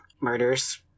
murders